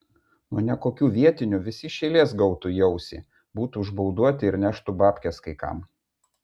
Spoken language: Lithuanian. nuo nekokių vietinių visi iš eilės gautų į ausį būtų užbauduoti ir neštų babkes kai kam